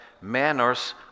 manners